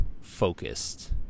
focused